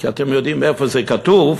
כי אתם יודעים איפה זה כתוב,